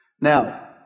Now